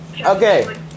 Okay